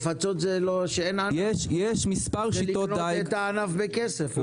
זה לקנות את הענף בכסף.